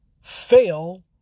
Fail